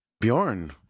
bjorn